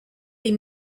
les